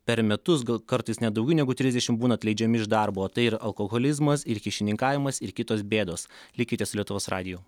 per metus gal kartais net daugiau negu trisdešimt būna atleidžiami iš darbo tai ir alkoholizmas ir kyšininkavimas ir kitos bėdos likite su lietuvos radiju